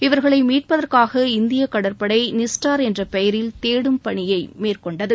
இவர்களை மீட்பதற்காக இந்திய கடற்படை நிஸ்டார் என்ற பெயரில் தேடும் பணியை மேற்கொண்டது